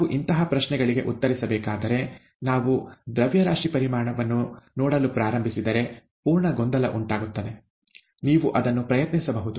ನಾವು ಇಂತಹ ಪ್ರಶ್ನೆಗಳಿಗೆ ಉತ್ತರಿಸಬೇಕಾದರೆ ನಾವು ದ್ರವ್ಯರಾಶಿ ಪರಿಮಾಣವನ್ನು ನೋಡಲು ಪ್ರಾರಂಭಿಸಿದರೆ ಪೂರ್ಣ ಗೊಂದಲ ಉಂಟಾಗುತ್ತದೆ ನೀವು ಅದನ್ನು ಪ್ರಯತ್ನಿಸಬಹುದು